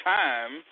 time